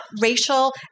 racial